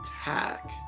attack